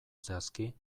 zehazki